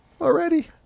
already